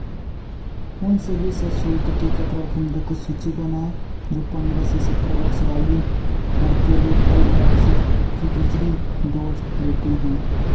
उन सभी सःशुल्क टीकाकरण केंद्रों की सूची बनाएँ जो पन्द्रह से सत्रह वर्ष आयु वर्ग के लिए कोवैक्स की दूसरी डोज देते हैं